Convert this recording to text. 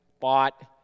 bought